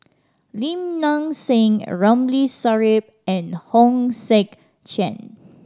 Lim Nang Seng Ramli Sarip and Hong Sek Chern